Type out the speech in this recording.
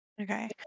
okay